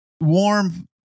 warm